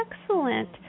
excellent